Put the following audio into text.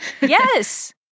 Yes